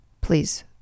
please